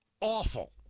awful